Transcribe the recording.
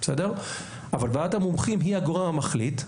אבל ועדת המומחים היא הגורם המחליט.